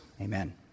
Amen